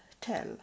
tell